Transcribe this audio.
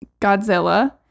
Godzilla